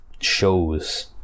Shows